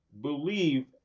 believe